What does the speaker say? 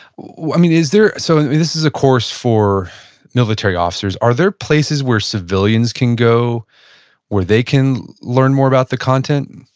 is there, so this is a course for military officers. are there places where civilians can go where they can learn more about the content?